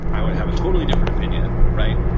i would have a totally different opinion, right?